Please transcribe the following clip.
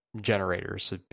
generators